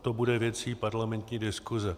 To bude věcí parlamentní diskuse.